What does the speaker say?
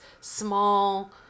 small